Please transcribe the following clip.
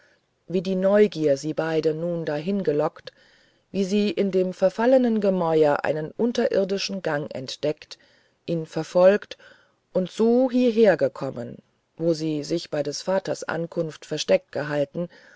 wie die neugier sie beide nun dahin gelockt wie sie in dem verfallenen gemäuer einen unterirdischen gang entdeckt ihn verfolgt und so hierher gekommen wo sie sich bei des vaters ankunft versteckt gehalten